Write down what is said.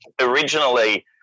Originally